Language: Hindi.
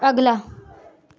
अगला